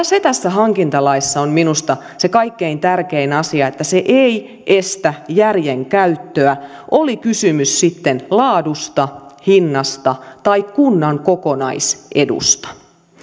se tässä hankintalaissa on minusta se kaikkein tärkein asia että se ei estä järjen käyttöä oli kysymys sitten laadusta hinnasta tai kunnan kokonaisedusta